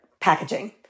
packaging